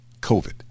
COVID